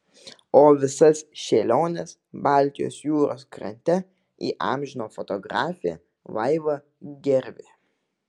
o visas šėliones baltijos jūros krante įamžino fotografė vaiva gervė